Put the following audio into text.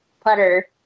putter